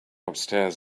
upstairs